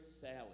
salad